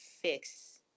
fix